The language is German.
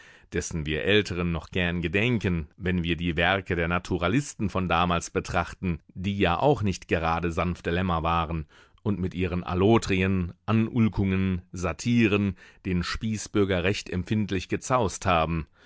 dessen wir älteren noch gern gedenken wenn wir die werke der naturalisten von damals betrachten die ja auch nicht gerade sanfte lämmer waren und mit ihren allotrien anulkungen satiren den spießbürger recht empfindlich gezaust haben